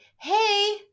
hey